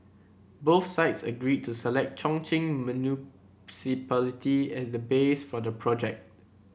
both sides agreed to select Chongqing Municipality as the base for the project